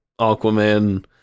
Aquaman